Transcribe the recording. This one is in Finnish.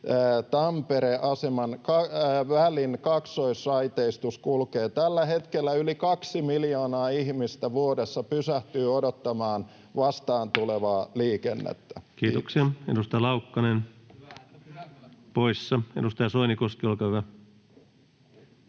Seinäjoki—Tampere-asemanvälin kaksoisraiteistus kulkee? Tällä hetkellä yli kaksi miljoonaa ihmistä vuodessa pysähtyy odottamaan vastaantulevaa liikennettä. — Kiitos. Kiitoksia. — Edustaja Laukkanen poissa. — Edustaja Soinikoski, olkaa hyvä.